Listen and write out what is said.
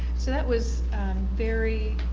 so that was very